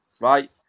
right